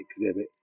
exhibit